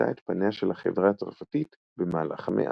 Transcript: ששינתה את פנייה של החברה הצרפתית במהלך המאה.